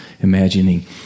imagining